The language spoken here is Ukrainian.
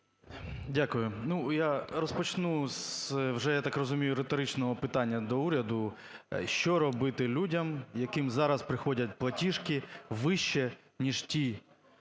Дякую. Я розпочну вже, я так розумію, з риторичного питання до уряду. Що робити людям, яким зараз приходять платіжки вище, ніж ні виплати,